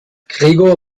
gregor